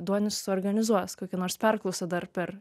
duonis suorganizuos kokį nors perklausą dar per